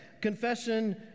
Confession